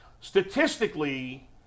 statistically